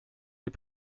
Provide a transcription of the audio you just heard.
des